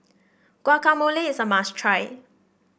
Guacamole is a must try